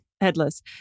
headless